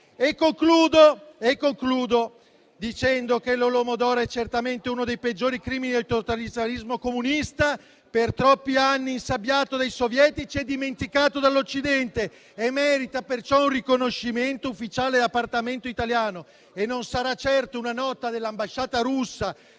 Concludo dicendo che l'Holodomor è certamente uno dei peggiori crimini del totalitarismo comunista, per troppi anni insabbiato dai sovietici e dimenticato dall'Occidente. Esso merita perciò un riconoscimento ufficiale dal Parlamento italiano e non sarà certo una nota dell'ambasciata russa